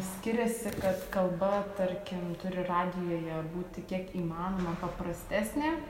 skiriasi kad kalba tarkim turi radijuje būti kiek įmanoma paprastesnė